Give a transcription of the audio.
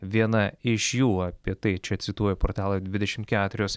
viena iš jų apie tai čia cituoju portalą dvidešim keturios